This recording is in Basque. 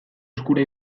eskura